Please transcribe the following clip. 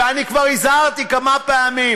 ואני כבר הזהרתי כמה פעמים